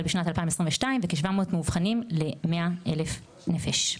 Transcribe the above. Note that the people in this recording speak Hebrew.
בשנת 2022 וכ-700 מאובחנים ל-100,000 נפש.